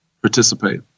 participate